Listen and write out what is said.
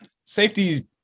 safety